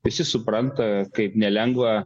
visi supranta kaip nelengva